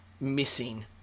missing